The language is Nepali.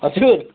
हजुर